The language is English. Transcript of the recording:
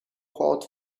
hot